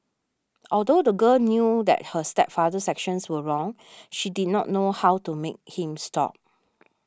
although the girl knew that her stepfather's actions were wrong she did not know how to make him stop